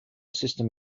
system